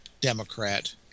Democrat